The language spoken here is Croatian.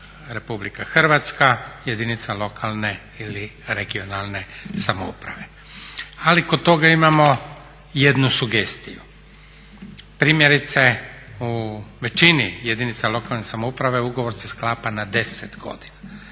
je u pitanju RH, jedinica lokalne ili regionalne samouprave. Ali kod toga imamo jednu sugestiju. Primjerice u većini jedinica lokalne samouprave ugovor se sklapa na 10 godina.